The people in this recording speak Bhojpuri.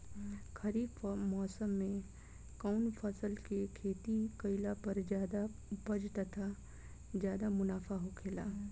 खरीफ़ मौसम में कउन फसल के खेती कइला पर ज्यादा उपज तथा ज्यादा मुनाफा होखेला?